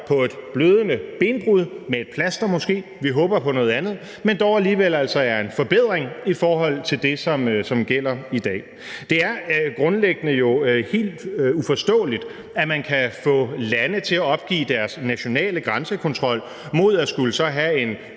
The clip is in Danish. på et blødende benbrud, måske med et plaster – vi håber på noget andet – men dog alligevel er en forbedring i forhold til det, som gælder i dag. Det er jo grundlæggende helt uforståeligt, at man kan få lande til at opgive deres nationale grænsekontrol mod så at skulle have en